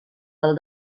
del